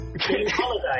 Holiday